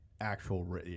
actual